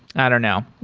i don't know.